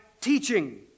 teaching